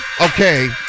Okay